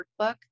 workbook